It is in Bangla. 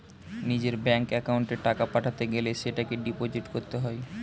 নিজের ব্যাঙ্ক অ্যাকাউন্টে টাকা পাঠাতে গেলে সেটাকে ডিপোজিট করতে হয়